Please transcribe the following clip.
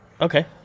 Okay